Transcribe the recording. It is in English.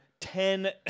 ten